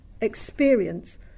experience